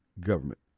government